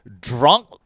drunk